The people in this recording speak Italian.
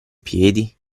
piedi